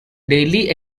daily